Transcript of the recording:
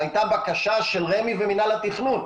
זו הייתה בקשה של רמ"י ומנהל התכנון.